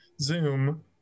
Zoom